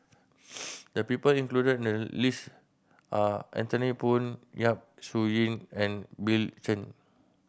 the people included in the list are Anthony Poon Yap Su Yin and Bill Chen